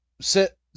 sit